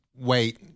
wait